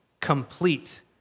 complete